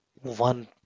one